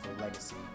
legacy